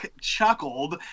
chuckled